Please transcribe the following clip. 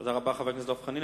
תודה רבה, חבר הכנסת דב חנין.